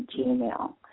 gmail